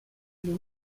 les